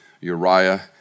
Uriah